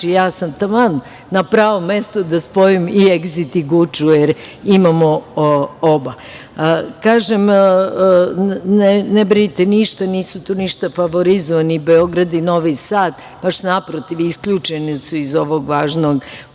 ja sam taman na pravom mestu da spojim i „Egzit“ i „Guču“, jer imamo oba. Kažem, ne brinite ništa, nisu tu ništa favorizovani Beograd i Novi Sad, Naprotiv, isključeni su iz ovog važnog konkursa.